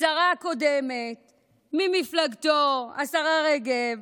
שרה קודמת ממפלגתו, השרה רגב: